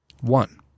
One